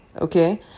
okay